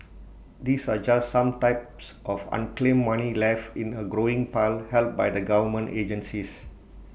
these are just some types of unclaimed money left in A growing pile held by the government agencies